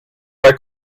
bei